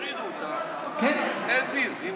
והפרידו אותם as is.